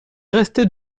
restait